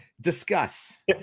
discuss